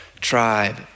tribe